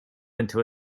into